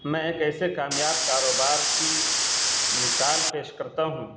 میں ایک ایسے کامیاب کاروبار کی مثال پیش کرتا ہوں